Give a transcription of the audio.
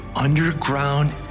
underground